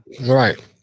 Right